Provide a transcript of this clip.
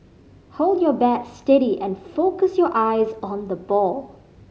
hold your bat steady and focus your eyes on the ball